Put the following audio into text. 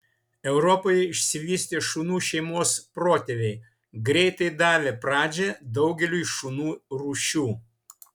europoje išsivystė šunų šeimos protėviai greitai davę pradžią daugeliui šunų rūšių